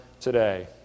today